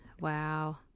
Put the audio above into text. Wow